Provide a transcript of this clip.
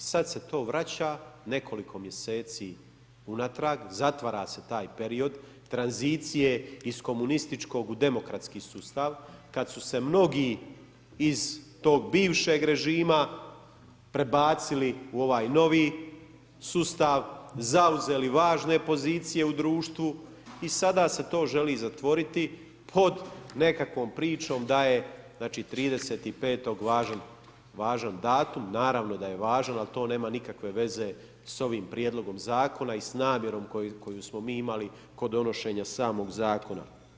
I sada se to vraća nekoliko mjeseci unatrag, zatvara se taj period tranzicije iz komunističkog u demokratski sustav kada su se mnogi iz tog bivšeg režima prebacili u ovaj novi sustav, zauzeli važne pozicije u društvu i sada se to želi zatvoriti pod nekakvom pričom da je znači 30.5. važan datum, naravno da je važan ali to nema nikakve veze sa ovim prijedlogom zakona i s namjerom koju smo mi imali kod donošenja samog zakona.